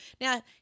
Now